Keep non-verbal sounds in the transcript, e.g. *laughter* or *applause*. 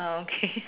oh okay *laughs*